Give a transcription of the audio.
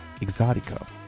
Exotico